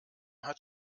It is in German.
hat